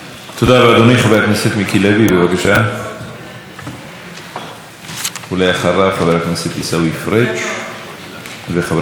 חבר הכנסת עיסאווי פריג' וחברת הכנסת עליזה לביא.